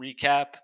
recap